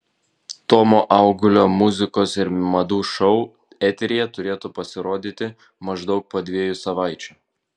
tomo augulio muzikos ir madų šou eteryje turėtų pasirodyti maždaug po dviejų savaičių